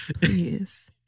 Please